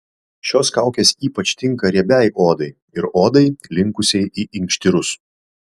šios kaukės ypač tinka riebiai odai ir odai linkusiai į inkštirus